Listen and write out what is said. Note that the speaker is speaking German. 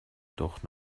doch